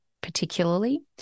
particularly